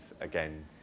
again